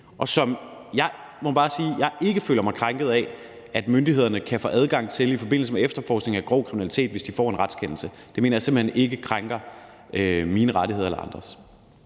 og som jeg bare må sige at jeg ikke føler mig krænket af at myndighederne kan få adgang til i forbindelse med efterforskning af grov kriminalitet, hvis de får en retskendelse. Det mener jeg simpelt hen ikke krænker mine eller andres